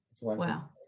wow